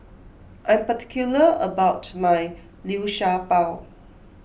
I am particular about my Liu Sha Bao